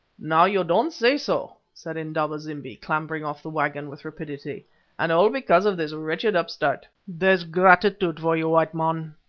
now you don't say so, said indaba-zimbi, clambering off the waggon with rapidity and all because of this wretched upstart. there's gratitude for you, white man.